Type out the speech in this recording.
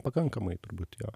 pakankamai turbūt jo